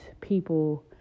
people